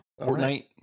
Fortnite